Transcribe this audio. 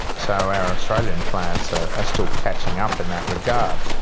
so our australian plants are ah still catching up in that regard.